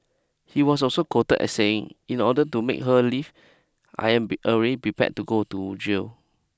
he was also quoted as saying in order to make her leave I am be already be prepared to go to jail